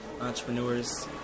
entrepreneurs